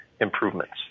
improvements